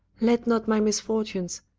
let not my misfortunes,